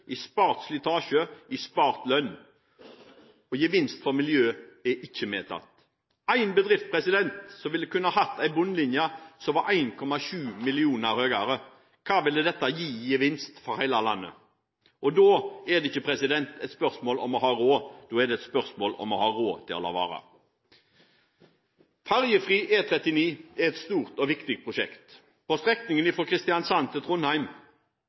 i slitasje, spart i lønn, og gevinst for miljøet er ikke tatt med. Det er en bedrift som kunne hatt en bunnlinje som var 1,7 mill. kr høyere. Hva ville dette gi i gevinst for hele landet? Da er det ikke et spørsmål om å ha råd, men et spørsmål om å ha råd til å la være. Ferjefri E39 er et stort og viktig prosjekt, for strekningen fra Kristiansand til Trondheim